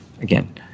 again